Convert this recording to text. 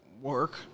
work